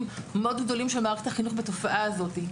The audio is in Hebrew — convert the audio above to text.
מאוד גדולים של מערכת החינוך בתופעה הזאת.